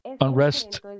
unrest